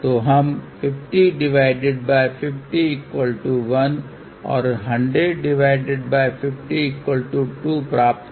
तो हम 50501 और 100502 प्राप्त करते है